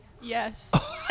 Yes